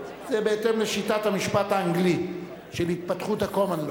זה בהתאם לשיטת המשפט האנגלי של התפתחות ה-common law.